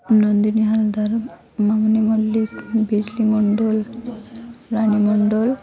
Nandini Haldar Mamuni Mallick Bijli Mondal Rani Mandal